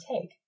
take